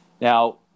Now